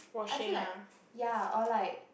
I feel like ya or like